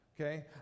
Okay